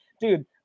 dude